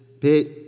pit